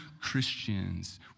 Christians